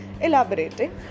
Elaborating